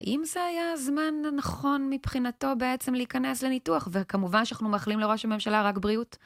אם זה היה הזמן הנכון מבחינתו בעצם להיכנס לניתוח, וכמובן שאנחנו מאחלים לראש הממשלה רק בריאות